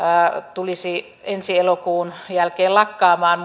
tulisi ensi elokuun jälkeen lakkaamaan